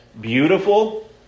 beautiful